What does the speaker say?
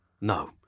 no